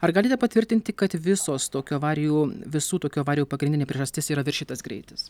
ar galite patvirtinti kad visos tokių avarijų visų tokių avarijų pagrindinė priežastis yra viršytas greitis